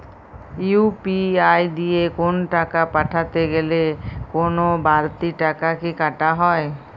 UPI দিয়ে কোন টাকা পাঠাতে গেলে কোন বারতি টাকা কি কাটা হয়?